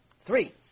Three